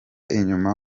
inyuma